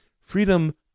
Freedom